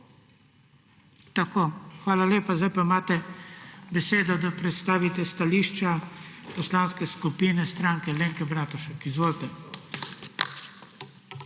Tako. Hvala lepa. Zdaj pa imate besedo, da predstavite stališče Poslanske skupine Stranke Alenke Bratušek. Izvolite.